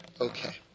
Okay